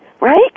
right